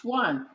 one